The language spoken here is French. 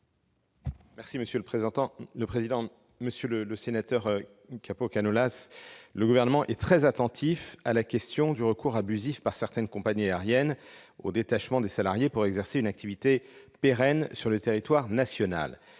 secrétaire d'État. Monsieur le sénateur, le Gouvernement est très attentif à la question du recours abusif par certaines compagnies aériennes au détachement des salariés pour exercer une activité pérenne sur le territoire national.